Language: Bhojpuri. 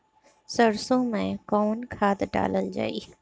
सरसो मैं कवन खाद डालल जाई?